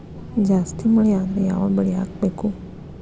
ಜಾಸ್ತಿ ಮಳಿ ಆದ್ರ ಯಾವ ಬೆಳಿ ಹಾಕಬೇಕು?